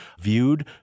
viewed